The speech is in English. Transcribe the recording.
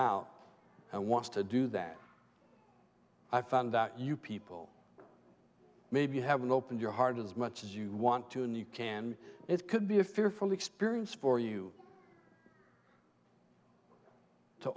out and wants to do that i found out you people maybe you haven't opened your heart as much as you want to and you can it could be a fearful experience for you to